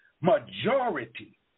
Majority